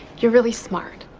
you're really smart.